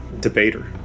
debater